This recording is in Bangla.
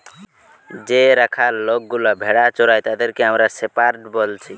যে রাখাল লোকগুলা ভেড়া চোরাই তাদের আমরা শেপার্ড বলছি